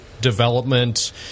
development